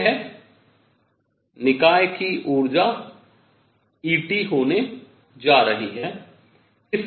यह निकाय की ऊर्जा ET होने जा रही है